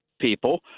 people